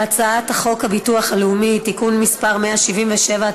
להצעת חוק הביטוח הלאומי (תיקון מס' 177),